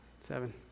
seven